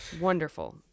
Wonderful